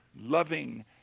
loving